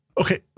Okay